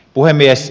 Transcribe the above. puhemies